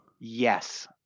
Yes